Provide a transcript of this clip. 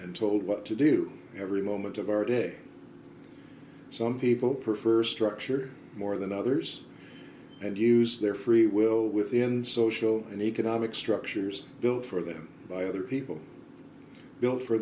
and told what to do every moment of our day some people prefer ready structure more than others and use their free will within social and economic structures built for them by other people built for